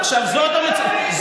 חבר הכנסת זוהר, תודה, מספיק.